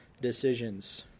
decisions